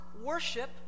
worship